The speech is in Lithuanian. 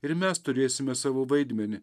ir mes turėsime savo vaidmenį